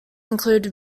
include